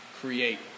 create